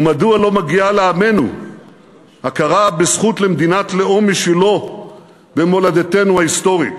ומדוע לא מגיעה לעמנו הכרה בזכות למדינת לאום משלו במולדתנו ההיסטורית?